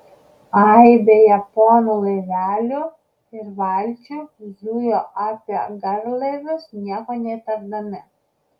aibė japonų laivelių ir valčių zujo apie garlaivius nieko neįtardami